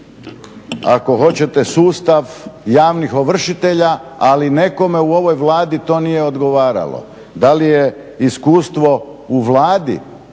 ako hoćete sustav javnih ovršitelja, ali nekome u ovoj Vladi to nije odgovaralo. Da li je iskustvo u Vladi,